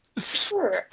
Sure